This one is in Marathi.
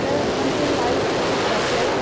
आपल्याला पण ते लाईव चित्र आपल्याला